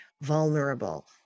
vulnerable